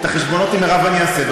את החשבונות עם מירב אני אעשה,